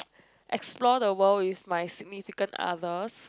explore the world with my significant others